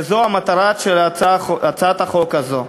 וזו המטרה של הצעת החוק הזו.